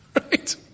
Right